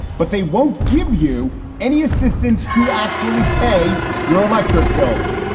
but they won't give you any assistance to actually pay your electric bills.